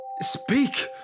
Speak